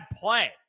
play